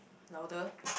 louder